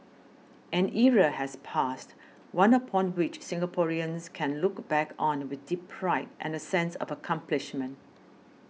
an era has passed one upon which Singaporeans can look back on with deep pride and a sense of accomplishment